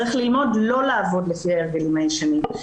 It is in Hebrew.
צריך ללמוד לא לעבוד לפי ההרגלים הישנים.